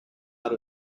out